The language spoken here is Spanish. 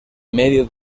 medio